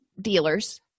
dealers